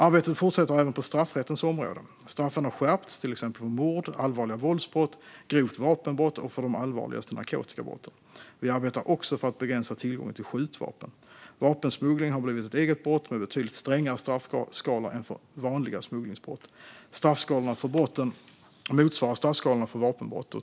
Arbetet fortsätter även på straffrättens område. Straffen har skärpts, till exempel för mord, allvarliga våldsbrott, grovt vapenbrott och för de allvarligaste narkotikabrotten. Vi arbetar också för att begränsa tillgången till skjutvapen. Vapensmuggling har blivit ett eget brott med betydligt strängare straffskalor än för vanliga smugglingsbrott. Straffskalorna för brotten motsvarar straffskalorna för vapenbrott.